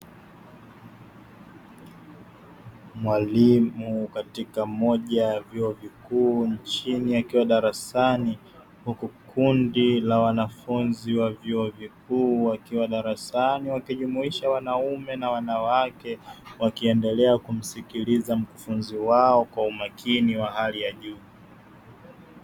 Mwalimu katika moja ya vyuo vikuu nchini akiwa darasani, huku kundi la wanafunzi wa vyuo vikuu wakiwa darasani wakijumuisha wanaume na wanawake, wakiendelea kumsikiliza mkufunzi wao kwa umakini wa hali ya juu.